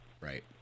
right